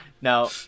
Now